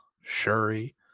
Shuri